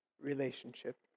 relationship